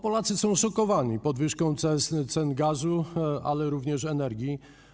Polacy są zszokowani podwyżką cen gazu, ale również energii.